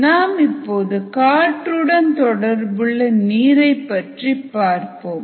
நாம் இப்போது காற்றுடன் தொடர்புள்ள நீரைப் பற்றி பார்ப்போம்